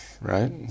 right